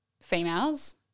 females